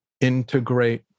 integrate